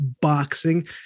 boxing